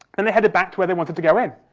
and they headed back to where they wanted to go in.